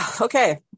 Okay